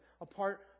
apart